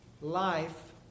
life